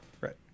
Right